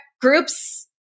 groups